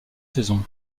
saison